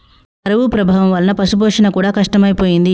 కరువు ప్రభావం వలన పశుపోషణ కూడా కష్టమైపోయింది